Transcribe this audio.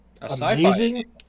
amazing